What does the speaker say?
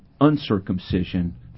uncircumcision